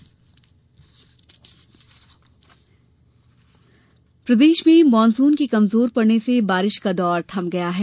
मौसम प्रदेश में मानसून के कमजोर पड़ने से बारिश का दौर थम गया है